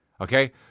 Okay